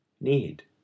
Need